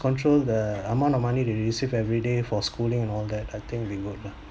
control the amount of money they receive every day for schooling and all that I think it'll be good lah